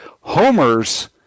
Homers